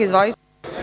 Izvolite.